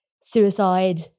suicide